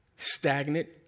stagnant